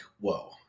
whoa